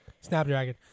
Snapdragon